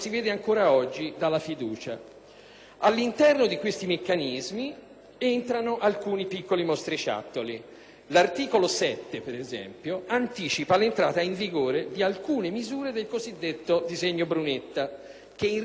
All'interno di questi meccanismi entrano alcuni piccoli mostriciattoli. L'articolo 7-*bis*, ad esempio, anticipa l'entrata in vigore di alcune misure del cosiddetto disegno di legge Brunetta, che in realtà è ancora all'esame del Parlamento.